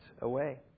away